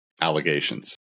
allegations